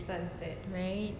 right